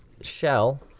shell